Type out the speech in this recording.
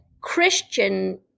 Christian